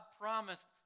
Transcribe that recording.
promised